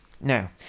now